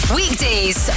weekdays